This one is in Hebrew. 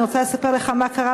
אני רוצה לספר לך מה קרה,